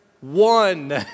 One